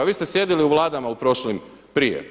Vi ste sjedili u vladama prošlim prije.